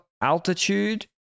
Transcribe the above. altitude